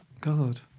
God